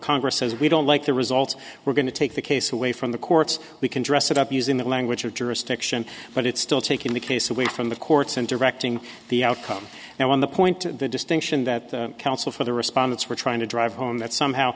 congress says we don't like the results we're going to take the case away from the courts we can dress it up using the language of jurisdiction but it's still taking the case away from the courts and directing the outcome and on the point the distinction that the counsel for the respondents were trying to drive home that somehow